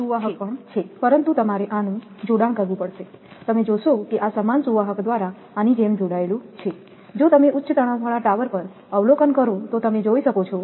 તેથી આ સુવાહક પણ છે પરંતુ તમારે આને જોડાણ કરવું પડશે તમે જોશો કે આ સમાન સુવાહક દ્વારા આની જેમ જોડાયેલું છે જો તમે ઉચ્ચ તણાવવાળા ટાવર પર અવલોકન કરો તો તમે તે જોઈ શકો છો